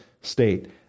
state